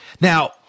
Now